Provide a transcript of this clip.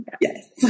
Yes